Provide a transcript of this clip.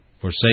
Forsake